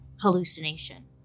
hallucination